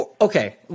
okay